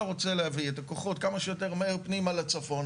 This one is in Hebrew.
רוצה להביא את הכוחות כמה שיותר מהר פנימה לצפון,